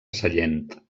sallent